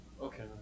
Okay